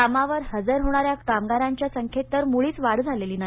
कामावर हजर होणाऱ्या कामगारांच्या संख्येत तर मुळीच वाढ झालेली नाही